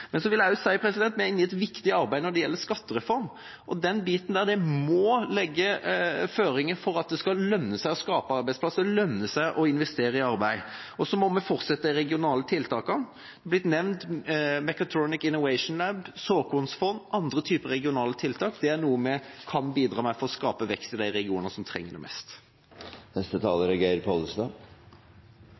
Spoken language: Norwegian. i et viktig arbeid når det gjelder skattereform, og det må legge føringer på at det skal lønne seg å skape arbeidsplasser og investere i arbeid. Vi må fortsette med de regionale tiltakene. Mechatronics Innovation Lab, såkornfond og andre typer regionale tiltak har blitt nevnt. Det er noe vi kan bidra med for å skape vekst i de regionene som trenger det mest. Jeg vil starte med å takke interpellanten for å ta opp et svært viktig tema. Jeg tror det er